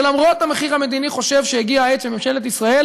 שלמרות המחיר המדיני חושב שהגיעה העת שממשלת ישראל